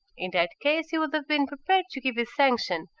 in that case he would have been prepared to give his sanction,